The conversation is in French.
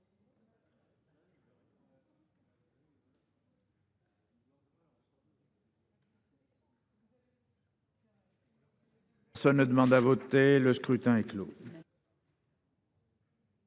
Personne ne demande plus à voter ?… Le scrutin est clos.